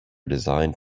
designed